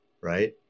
right